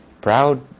proud